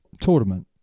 Tournament